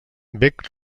bec